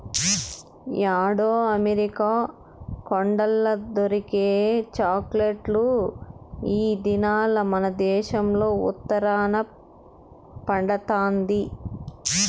యాడో అమెరికా కొండల్ల దొరికే చాక్లెట్ ఈ దినాల్ల మనదేశంల ఉత్తరాన పండతండాది